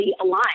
aligned